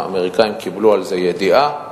האמריקנים קיבלו על זה הודעה מראש,